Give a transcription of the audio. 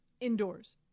indoors